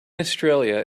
australia